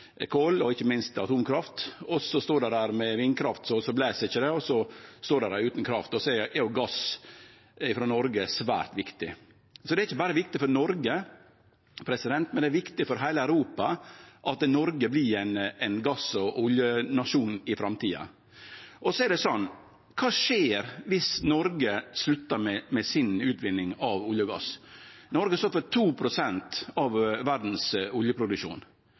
og så blæs det ikkje, og då står dei der utan kraft. Då er gass frå Noreg svært viktig. Så det er ikkje berre viktig for Noreg, det er viktig for heile Europa at Noreg vert ein gass- og oljenasjon i framtida. Kva skjer så dersom Noreg sluttar med utvinninga si av olje og gass? Noreg står for 2 pst. av